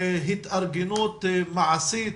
מבצעית,